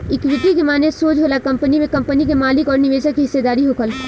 equity के माने सोज होला कंपनी में कंपनी के मालिक अउर निवेशक के हिस्सेदारी होखल